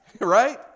right